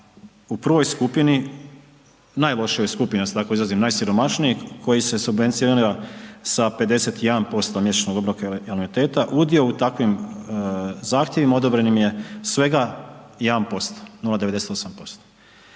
u prvoj skupini, najlošijoj skupini da se tako izrazim, najsiromašnijeg koji se subvencionira sa 51% mjesečnog obroka ili anuiteta, udio u takvim zahtjevima odobren im je svega 1%, 0,98%